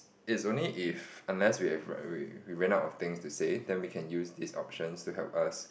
is only if unless we have we we ran out of things to say then we can use these options to help us